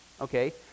okay